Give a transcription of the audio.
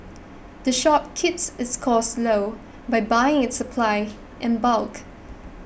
the shop keeps its costs low by buying its supplies in bulk